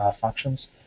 functions